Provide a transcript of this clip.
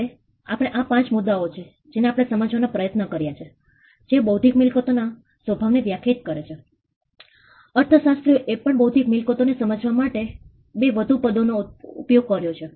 હવે આ 5 મુદ્દાઓ છે જેને આપણે સમજવાનો પ્રયત્ન કર્યો છે જે બૌદ્ધિક મિલ્કતો ના સ્વભાવ ને વ્યાખ્યાયિત કરે છે અર્થશાસ્ત્રીઓ એ પણ બૌદ્ધિક મિલકતો ને સમજવા માટે 2 વધુ પદોનો ઉપયોગ કર્યો છે